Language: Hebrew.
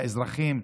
לאזרחים,